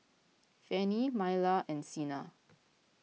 Fanny Myla and Cena